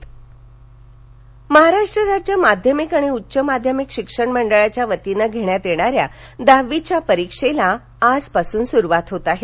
दहावीच्या परिक्षा महाराष्ट्र राज्य माध्यमिक आणि उच्च माध्यमिक शिक्षण मंडळाच्या वतीने घेण्यात येणाऱ्या दहावीच्या परिक्षेला आजपासून सुरुवात होत आहे